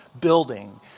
building